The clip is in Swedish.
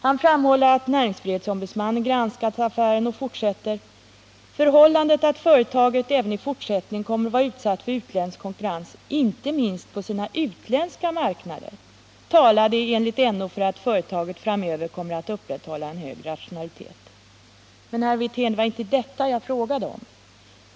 Han framhåller att näringsfrihetsombudsmannen granskat affären och fortsätter: ”Förhållandet att företaget även i fortsättningen kommer att vara utsatt för internationell konkurrens inte minst på sina utländska marknader talade enligt NO för att företaget även framöver kommer att upprätthålla en hög rationalitet.” Men, herr Wirtén, det var inte detta jag frågade om.